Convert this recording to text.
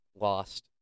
lost